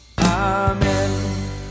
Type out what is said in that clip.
Amen